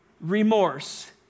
remorse